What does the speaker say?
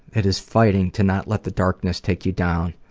it is fighting to not let the darkness take you down.